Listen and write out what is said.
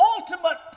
ultimate